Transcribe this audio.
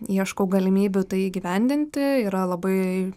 ieškau galimybių tai įgyvendinti yra labai